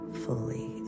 fully